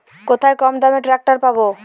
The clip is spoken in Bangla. কোথায় কমদামে ট্রাকটার পাব?